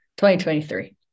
2023